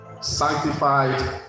Sanctified